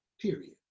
period